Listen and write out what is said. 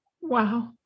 Wow